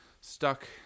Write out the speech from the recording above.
stuck